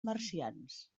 marcians